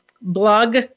blog